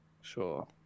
sure